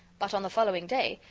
but, on the following day,